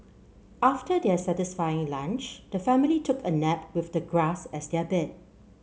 after their satisfying lunch the family took a nap with the grass as their bed